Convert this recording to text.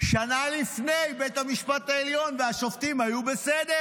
שנה לפני, בית המשפט העליון והשופטים היו בסדר.